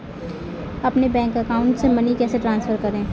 अपने bank account से money कैसे ट्रांसफर करें?